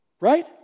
Right